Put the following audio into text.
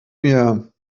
mir